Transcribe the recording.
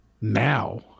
now